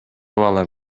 балам